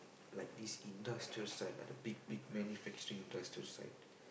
like these industrial site lah the big big manufacturing industrial site